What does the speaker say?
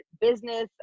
business